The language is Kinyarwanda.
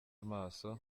amaso